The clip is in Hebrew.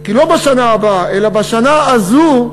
כי לא בשנה הבאה, אלא בשנה זו,